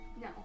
No